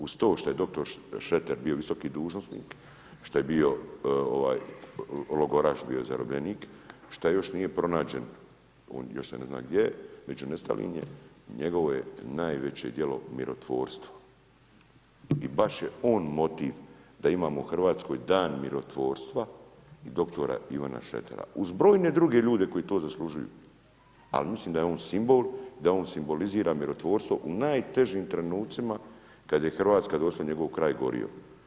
Uz to što je dr. Šreter bio visoki dužnosnik, što je bio logoraš, bio zarobljenik, što još nije pronađen, još se ne zna gdje je, među nestalim je, njegovo je najveće djelo mirotvorstvo i baš je on motiv da imamo u Hrvatskoj dan mirotvorstva i dr. Ivana Šretera, uz brojne druge ljude koji to zaslužuju, ali mislim da je on simbol, da on simbolizira mirotvorstvo u najtežim trenucima kad je Hrvatska, doslovno njegov kraj gorio.